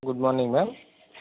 good morning ma'am